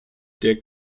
der